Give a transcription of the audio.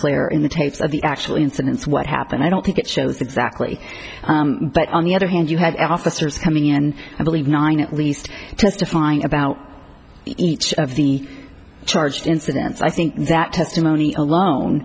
clear in the tapes of the actual incidents what happened i don't think it shows exactly but on the other hand you have officers coming in i believe nine at least testifying about each of the charged incidents i think that testimony alone